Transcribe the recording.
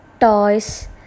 toys